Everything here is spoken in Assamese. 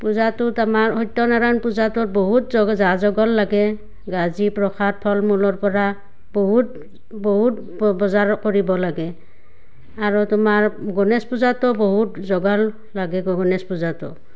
পূজাটোত আমাৰ সত্য নাৰায়ণ পূজাটোত বহুত যা যোগাৰ লাগে গাজি প্ৰসাদ ফল মূলৰ পৰা বহুত বহুত বজাৰ কৰিব লাগে আৰু তোমাৰ গণেশ পূজাটো বহুত যোগাৰ লাগে গণেশ পূজাটোত